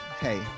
Hey